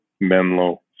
Menlo